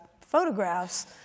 photographs